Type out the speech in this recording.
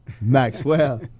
Maxwell